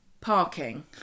parking